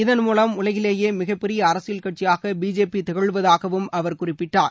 இதன்மூலம் உலகிலேயே மிகப்பெரிய அரசியல் கட்சியாக பிஜேபி திகழ்வதாகவும் அவர் குறிப்பிட்டார்